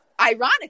ironically